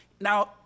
Now